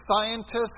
scientists